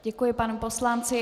Děkuji panu poslanci.